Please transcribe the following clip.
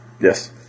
Yes